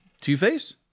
Two-Face